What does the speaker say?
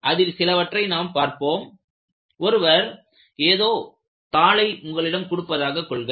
அதில் சிலவற்றை நாம் பார்ப்போம் ஒருவர் ஏதோ தாளை உங்களிடம் கொடுப்பதாக கொள்க